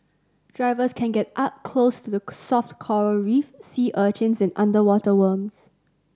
drivers can get up close to the soft coral reef sea urchins and underwater worms